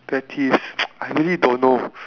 pet peeves I really don't know